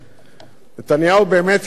נתניהו באמת יודע להבטיח,